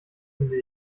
finde